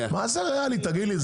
מה זה ריאלי, תגיד לי?